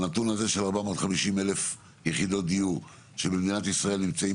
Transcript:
הנתון הזה של 450,000 יחידות דיור שבמדינת ישראל נמצאים